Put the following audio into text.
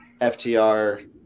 FTR